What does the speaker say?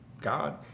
God